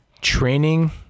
Training